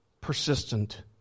persistent